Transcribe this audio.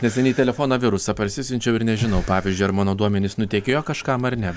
neseniai į telefoną virusą parsisiunčiau ir nežinau pavyzdžiui ar mano duomenys nutekėjo kažkam ar ne